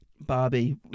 Barbie